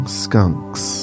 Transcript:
skunks